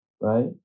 right